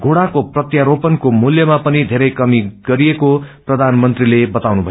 घुडाको प्रत्यारोपणको मूल्यहरूमा पनि धेरै कमी गरिएको प्रधानमन्त्रीले बताउनुभयो